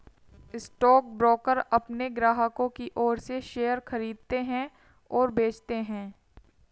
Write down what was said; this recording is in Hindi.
स्टॉकब्रोकर अपने ग्राहकों की ओर से शेयर खरीदते हैं और बेचते हैं